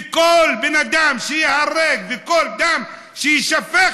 וכל בן אדם שייהרג וכל דם שיישפך,